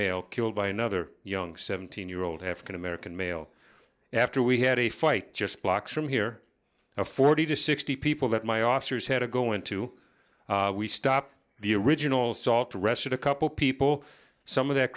male killed by another young seventeen year old have going to merican male after we had a fight just blocks from here a forty to sixty people that my officers had to go into we stop the original salt arrested a couple people some of that